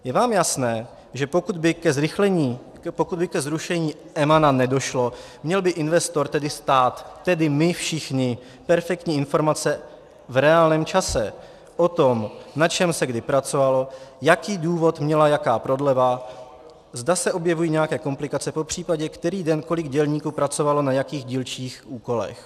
Je vám jasné, že pokud by ke zrušení EMAN nedošlo, měl by investor, tedy stát, tedy my všichni perfektní informace v reálném čase o tom, na čem se kdy pracovalo, jaký důvod měla jaká prodleva, zda se objevují nějaké komplikace, popřípadě který den, kolik dělníků pracovalo na jakých dílčích úkolech.